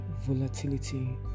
volatility